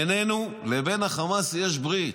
בינינו לבין החמאס יש ברית.